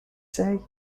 say